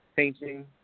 Painting